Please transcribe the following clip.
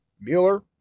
Mueller